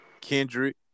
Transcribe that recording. Kendrick